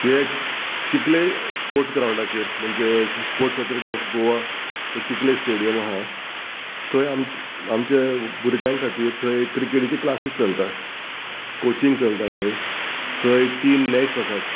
हे चिकले स्पोर्ट्स ग्रावंडाचेर म्हणजे sports authority of Goa Chicalim stadium आहा थंय आमच्या भुरग्यां खातीर थंय क्रिकेटीचे क्लासीस चलता कोचिंग चलता थंय थंय तीन नेट्स आसात